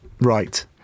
Right